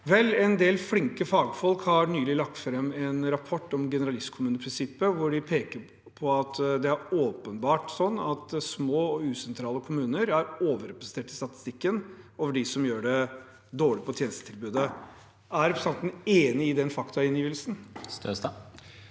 Vel, en del flinke fagfolk har nylig lagt fram en rapport om generalistkommuneprinsippet, hvor de peker på at det åpenbart er sånn at små og usentrale kommuner er overrepresentert i statistikken over dem som gjør det dårlig på tjenestetilbudet. Er representanten enig i den faktagjengivelsen? Rune